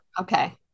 Okay